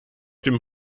dem